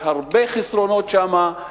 יש הרבה חסרונות שם,